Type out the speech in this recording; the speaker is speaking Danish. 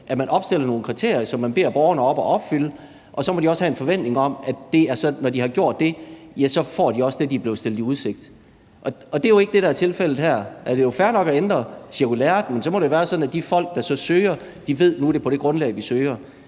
at man opstiller nogle kriterier, som man beder borgerne om at opfylde, og så må de også have en forventning om, at når de har gjort det, får de også det, de er blevet stillet i udsigt. Det er jo ikke det, der er tilfældet her. Det er jo fair nok at ændre cirkulæret, men så må det være sådan, at de folk, der så søger, ved, at nu er det på det grundlag, de søger.